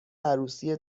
عروسی